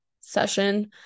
session